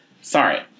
sorry